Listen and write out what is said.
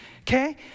okay